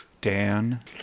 Dan